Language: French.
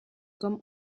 comme